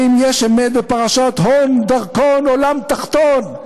האם יש אמת בפרשת 'הון, דרכון, עולם תחתון'"?